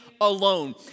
alone